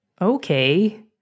Okay